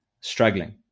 struggling